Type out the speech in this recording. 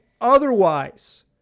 otherwise